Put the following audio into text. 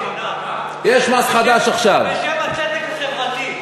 בשם הצדק החברתי.